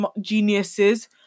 geniuses